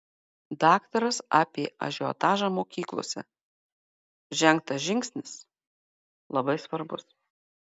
daktaras apie ažiotažą mokyklose žengtas žingsnis labai svarbus